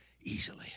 easily